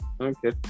Okay